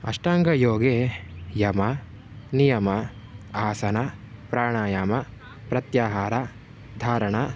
अष्टाङ्गयोगे यम नियम आसन प्राणायाम प्रत्याहार धारणं